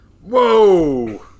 Whoa